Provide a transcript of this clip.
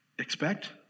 Expect